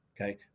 Okay